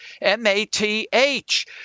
m-a-t-h